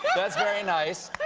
that's very nice.